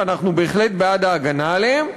ואנחנו בהחלט בעד ההגנה עליהן,